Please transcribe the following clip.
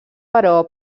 però